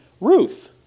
Ruth